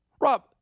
Rob